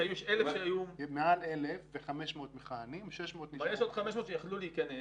יש עוד 500 שיכלו להיכנס,